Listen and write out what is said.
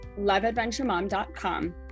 loveadventuremom.com